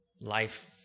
life